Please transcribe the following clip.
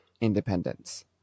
independence